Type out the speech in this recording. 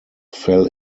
fell